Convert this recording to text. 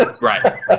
Right